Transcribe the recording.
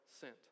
sent